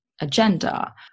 agenda